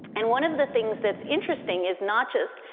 and one of the things that's interesting is not just,